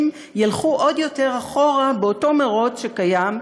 ילכו עוד יותר אחורה באותו מירוץ שקיים,